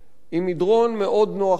היא מדרון מאוד נוח להליכה.